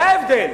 זה ההבדל,